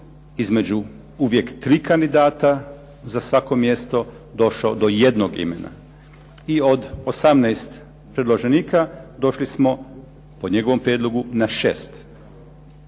između uvijek tri kandidata za svako mjesto došao do jednog imena. I od 18 predloženika došli smo, po njegovom prijedlogu, na 6. Naime, on